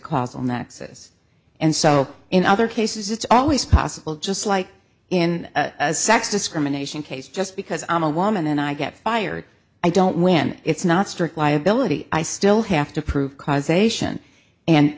causal nexus and so in other cases it's always possible just like in sex discrimination case just because i'm a woman and i get fired i don't win it's not strict liability i still have to prove causation and